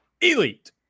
elite